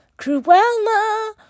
Cruella